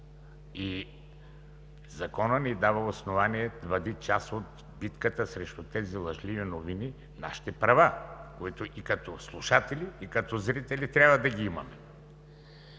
Законът ни дава основание да бъдат част от битката срещу тези лъжливи новини нашите права, които като слушатели и зрители трябва да ги имаме.